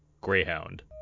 Greyhound